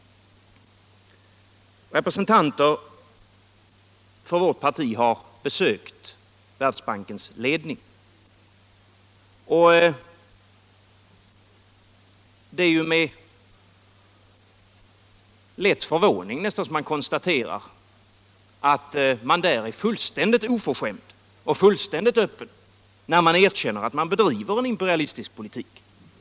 Representanter för vårt parti har besökt Världsbankens ledning. Det var med en lätt förvåning som de konstaterade att man där är fullständigt oförskämd och att man fullständigt öppet erkänner att man bedriver en imperialistisk politik.